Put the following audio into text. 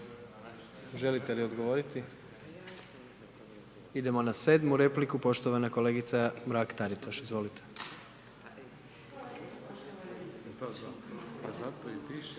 Želite li odgovoriti? Idemo na 7. repliku, poštovana kolegica Mrak Taritaš, izvolite.